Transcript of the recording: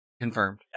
confirmed